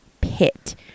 pit